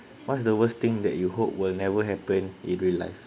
what is the worst thing that you hope will never happen in real life